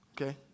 Okay